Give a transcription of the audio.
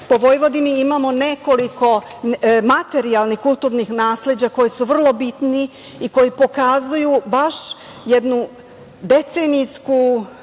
Po Vojvodini imamo nekoliko materijalnih kulturnih nasleđa koji su vrlo bitni i koji pokazuju baš jednu decenijsku,